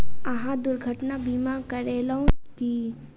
अहाँ दुर्घटना बीमा करेलौं की?